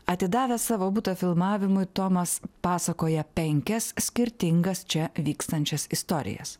atidavęs savo butą filmavimui tomas pasakoja penkias skirtingas čia vykstančias istorijas